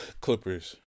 Clippers